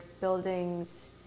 buildings